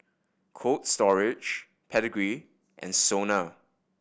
Cold Storage Pedigree and SONA